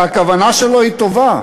שהכוונה שלו היא טובה,